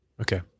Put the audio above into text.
Okay